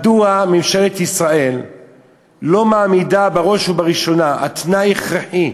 מדוע ממשלת ישראל לא מעמידה בראש ובראשונה תנאי הכרחי,